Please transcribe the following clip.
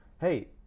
hey